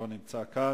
לא נמצא כאן.